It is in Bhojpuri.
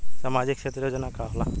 सामाजिक क्षेत्र योजना का होला?